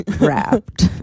wrapped